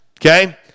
Okay